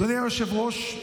אדוני היושב-ראש,